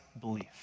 belief